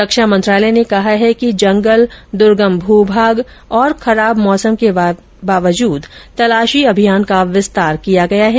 रक्षा मंत्रालय ने कहा है कि जंगल द्र्गम भूभाग और खराब मौसम के बावजूद तलाशी अभियान का विस्तार किया गया है